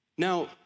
Now